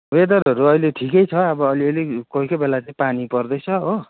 वेदरहरू आब अहिले ठिकै छ अब अलिअलि कोही कोही बेला चाहिँ पानी पर्दैछ हो